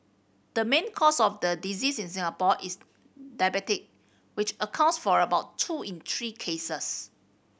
the main cause of the diseases in Singapore is diabetes which accounts for about two in three cases